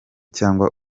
cyangwa